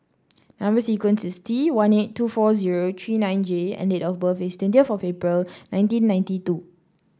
number sequence is T one eight two four zero three nine J and date of birth is twenty of April nineteen ninety two